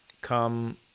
come